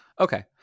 Okay